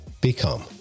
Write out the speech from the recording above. become